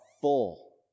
full